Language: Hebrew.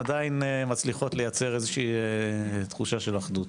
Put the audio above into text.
עדיין מצליחות לייצר איזושהי תחושה של אחדות.